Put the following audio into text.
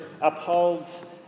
upholds